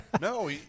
No